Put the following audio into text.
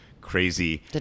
crazy